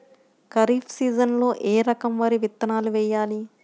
ఖరీఫ్ సీజన్లో ఏ రకం వరి విత్తనాలు వేయాలి?